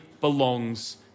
belongs